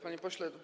Panie Pośle!